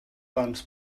ddant